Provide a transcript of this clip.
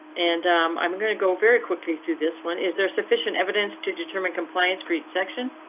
and i'm going to go very quickly through this one. is there sufficient evidence to determine compliance? create section?